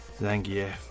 Zangief